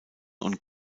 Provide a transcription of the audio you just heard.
und